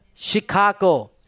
Chicago